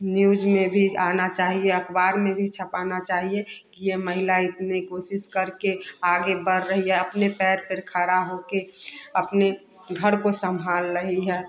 news में भी आना चाहिए अख़बार में भी छपाना चाहिए कि यह महिला इतनी कोशिश करके आगे बढ़ रही है अपने पैर पर खड़ा होकर अपने घर को संभाल रही है